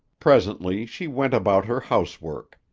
presently she went about her housework.